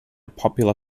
popular